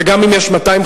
וגם אם יש ב-250,